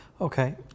okay